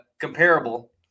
comparable